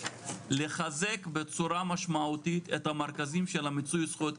לחזק בצורה משמעותית את המרכזים של מיצוי זכויות,